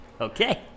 Okay